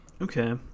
Okay